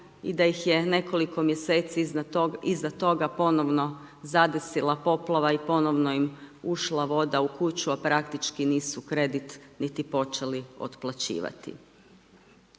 i da ih je nekoliko mj. iza toga ponovno zadesila poplava i ponovno im ušla voda u kuću, a praktički nisu kredit niti počeli otplaćivati.